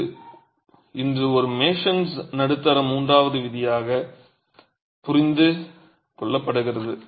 இது இன்று ஒரு மேஷன்ஸ் நடுத்தர மூன்றாவது விதியாக புரிந்து கொள்ளப்படுகிறது